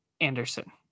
Anderson